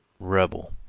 rebel,